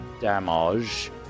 damage